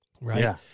Right